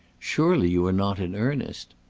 surely you are not in earnest?